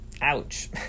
Ouch